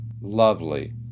lovely